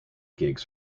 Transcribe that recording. gigs